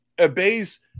obeys